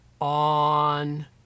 on